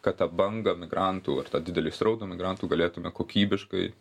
kad ta bangą migrantų ar tą didelį srautą migrantų galėtume kokybiškai